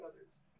others